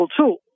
tool